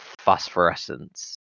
phosphorescence